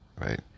right